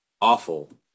awful